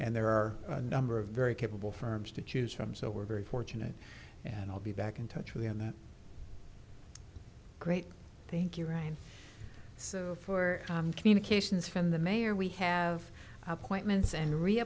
and there are a number of very capable firms to choose from so we're very fortunate and i'll be back in touch with you on that great thank you right so for communications from the mayor we have appointments and re